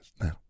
Now